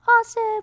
awesome